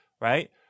right